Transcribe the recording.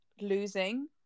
losing